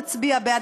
נצביע בעד.